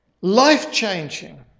life-changing